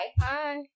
Hi